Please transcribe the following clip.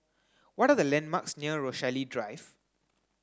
what are the landmarks near Rochalie Drive